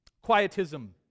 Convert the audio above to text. quietism